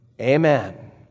Amen